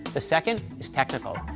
the second is technical.